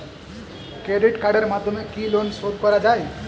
Credit কার্ডের মাধ্যমে কি লোন শোধ করা যায়?